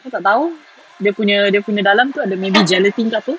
aku tak tahu dia punya dia punya dalam tu ada maybe gelatin ke apa